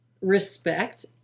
respect